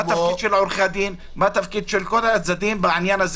מה תפקיד עורכי הדין וכל הצדדים בעניין.